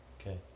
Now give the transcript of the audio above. Okay